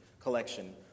collection